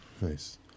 Nice